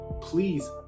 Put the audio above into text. please